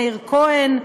מאיר כהן,